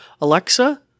Alexa